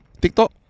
TikTok